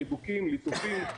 חיבוקים וליטופים.